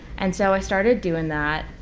and so i started doing that.